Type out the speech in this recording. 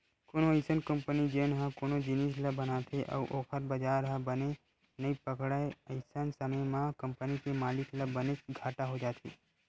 कोनो अइसन कंपनी जेन ह कोनो जिनिस ल बनाथे अउ ओखर बजार ह बने नइ पकड़य अइसन समे म कंपनी के मालिक ल बनेच घाटा हो जाथे